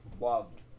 loved